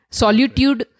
solitude